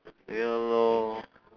ya lor